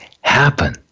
happen